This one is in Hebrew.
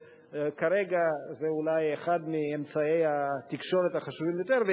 שכרגע זה אולי אחד מאמצעי התקשורת החשובים ביותר.